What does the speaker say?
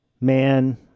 Man